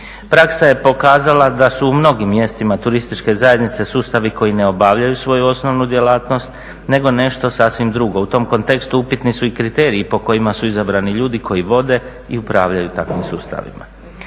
Praksa je pokazala da su u mnogim mjestima turističke zajednice sustavi koji ne obavljaju svoju osnovnu djelatnost nego nešto sasvim drugo. U tom kontekstu upitni su i kriteriji po kojima su izabrani ljudi koji vode i upravljaju takvim sustavima.